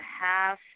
half